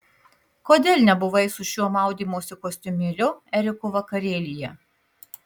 kodėl nebuvai su šiuo maudymosi kostiumėliu eriko vakarėlyje